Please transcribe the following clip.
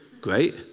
Great